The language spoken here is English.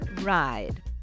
Ride